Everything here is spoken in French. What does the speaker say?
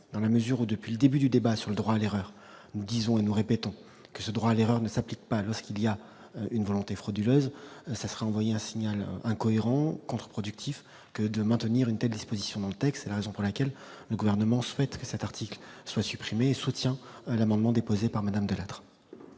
dans la mesure où depuis le début du débat sur le droit à l'erreur, nous disons, nous répétons que ce droit à l'erreur ne s'applique pas lorsqu'il y a une volonté frauduleuse, ça serait envoyer un signal incohérent contreproductif que de maintenir une telle disposition dans le texte, pour laquelle le gouvernement souhaite que cet article soit supprimé soutient l'amendement déposé par Madame De Lattre.